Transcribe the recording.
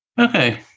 Okay